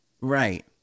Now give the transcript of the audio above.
Right